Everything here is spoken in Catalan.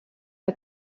que